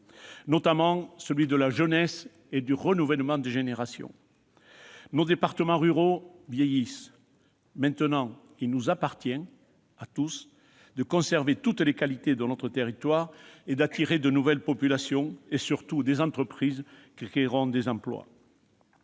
notamment celui de la jeunesse et du renouvellement des générations. En effet, nos départements ruraux vieillissent. Il nous appartient donc à tous de conserver toutes les qualités de notre territoire et d'attirer de nouvelles populations, surtout des entreprises qui créeront des emplois.